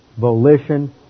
volition